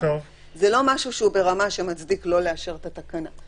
זה לא משהו שהוא ברמה שמצדיק לא לאשר את התקנה,